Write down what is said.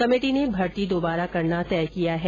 committee ने भर्ती दोबारा करना तय किया है